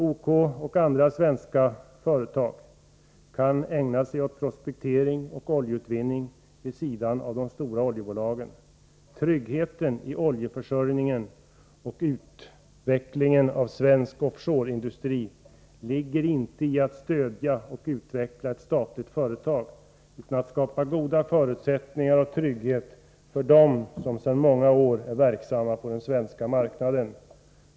OK och andra svenska företag kan ägna sig åt prospektering och oljeutvinning vid sidan av de stora oljebolagen. Lösningen för att skapa en tryggad oljeförsörjning och utveckling av svensk offshore-industri ligger inte i att stödja och utveckla ett statligt företag utan i att skapa goda förutsättningar och trygghet för dem som sedan många år är verksamma på den svenska marknaden.